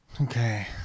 Okay